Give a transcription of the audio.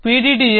మీరు PDDL 1